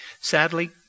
Sadly